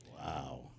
Wow